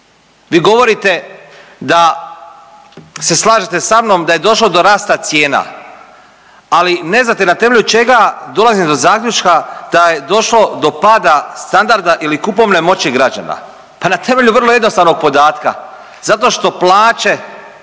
Vi govorite da se slažete sa mnom da je došlo do rasta cijena, ali ne znate na temelju čega dolazim do zaključka da je došlo do pada standarda ili kupovne moći građana. Pa na temelju vrlo jednostavnog podatka zato što plaće,